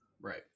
Right